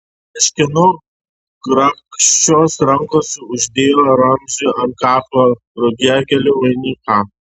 kažkieno grakščios rankos uždėjo ramziui ant kaklo rugiagėlių vainiką